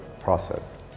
process